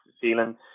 feeling